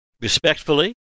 respectfully